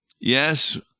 yes